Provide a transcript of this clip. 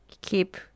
keep